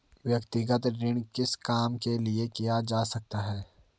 व्यक्तिगत ऋण किस काम के लिए किया जा सकता है?